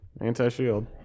anti-shield